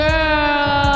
girl